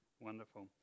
Wonderful